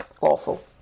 Awful